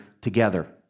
together